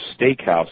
steakhouse